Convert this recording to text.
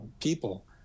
people